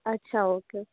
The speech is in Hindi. अच्छा ओके